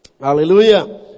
hallelujah